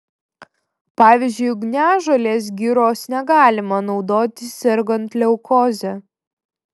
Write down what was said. pavyzdžiui ugniažolės giros negalima naudoti sergant leukoze